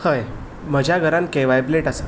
म्हजो आवडीचो खेळ